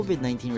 COVID-19